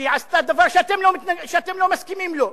שהיא עשתה דבר שאתם לא מסכימים לו,